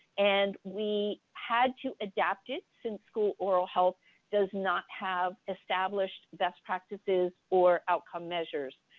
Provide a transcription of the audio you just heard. and we had to adapt it since school oral health does not have established best practices or outcome measures.